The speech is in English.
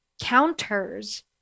counters